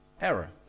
error